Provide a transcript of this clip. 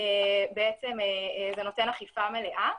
זה בעצם נותן אכיפה מלאה.